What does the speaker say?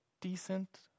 decent